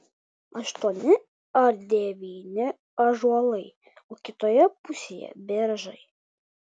aštuoni ar devyni ąžuolai o kitoje pusėje beržai